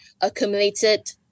accumulated